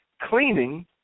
cleaning